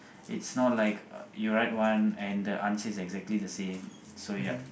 it's not like uh you write one and the answer is exactly the same so yup